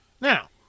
Now